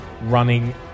running